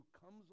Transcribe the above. comes